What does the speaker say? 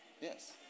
Yes